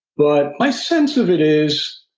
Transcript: but my sense of it is,